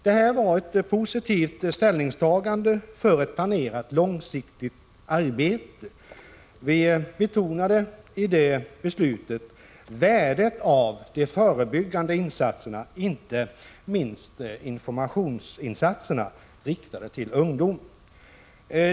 Det här var ett positivt ställningstagande för ett planerat långsiktigt arbete. Vi betonade i det beslutet värdet av de förebyggande insatserna, inte minst informationsinsatserna riktade till ungdom.